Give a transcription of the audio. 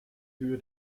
höhe